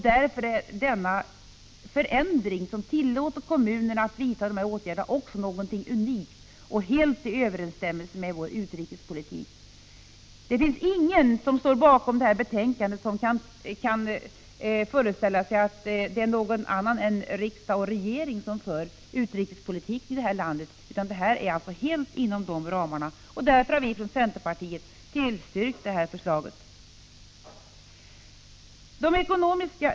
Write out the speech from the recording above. Därför är denna förändring, att kommunerna tillåts vidta nämnda åtgärder, också någonting unikt och någonting som helt står i överensstämmelse med vår utrikespolitik. Ingen av dem som står bakom detta betänkande kan föreställa sig att någon annan än riksdagen och regeringen för utrikespolitiken i vårt land. De aktuella åtgärderna ryms alltså helt inom givna ramar. Således har vi i centerpartiet tillstyrkt förslaget.